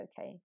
okay